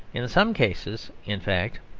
in some cases, in fact,